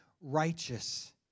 righteous